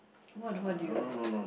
what what do you